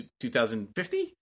2050